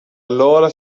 allora